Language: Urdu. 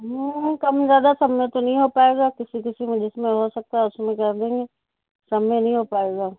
ہوں کم زیادہ تو سب میں تو نہیں ہو پائے گا کسی کسی میں جس میں ہو سکتا ہے اس میں کر دیں گے سب میں نہیں ہو پائے گا